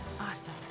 Awesome